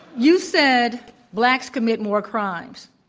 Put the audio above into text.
you said blacks commit more crimes.